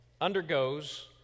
undergoes